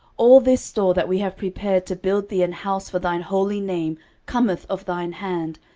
all this store that we have prepared to build thee an house for thine holy name cometh of thine hand,